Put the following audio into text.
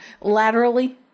laterally